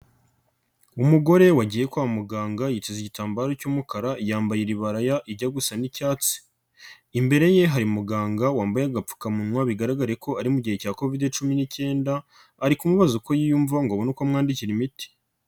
Umugore wagiye kwa muganga yiteza igitambaro cy'umukara, yambaye iribaraya rijya gusa n'icyatsi, imbere ye hari umuganga wambaye agapfukamunwa bigaragare ko ari mu gihe cya Kovidi cumi n'ikenda ari kumubaza uko yiyumvamo ngo abone uko amwandikira imiti.